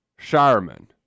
Shireman